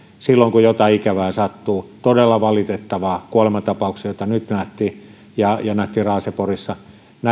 silloin kun jotain ikävää todella valitettavaa sattuu kuolemantapauksia joita nyt nähtiin ja nähtiin raaseporissa